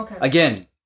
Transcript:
again